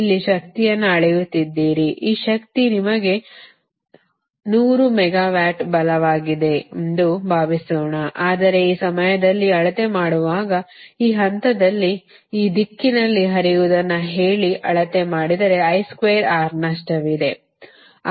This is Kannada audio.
ಇಲ್ಲಿ ಶಕ್ತಿಯನ್ನು ಅಳೆಯುತ್ತಿದ್ದೀರಿ ಈ ಶಕ್ತಿ ನಿಮಗೆ 100 ಮೆಗಾವ್ಯಾಟ್ ಬಲವಾಗಿದೆ ಎಂದು ಭಾವಿಸೋಣ ಆದರೆ ಈ ಸಮಯದಲ್ಲಿ ಅಳತೆ ಮಾಡುವಾಗ ಈ ಹಂತದಲ್ಲಿ ಈ ದಿಕ್ಕಿನಲ್ಲಿ ಹರಿಯುವುದನ್ನು ಹೇಳಿ ಅಳತೆ ಮಾಡಿದರೆ I2R ನಷ್ಟವಿದೆ